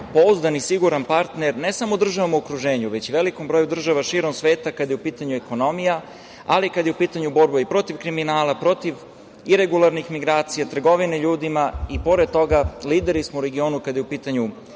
pouzdan i siguran partner ne samo državama u okruženju, već velikom broju država širom sveta, kada je u pitanju ekonomija, ali i kada je u pitanju borba i protiv kriminala, protiv iregularnih migracija, trgovine ljudima. Pored toga, lideri smo u regionu kada je u pitanju ekonomski